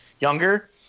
younger